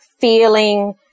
feeling